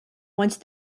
once